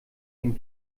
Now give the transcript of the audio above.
den